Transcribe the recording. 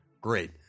great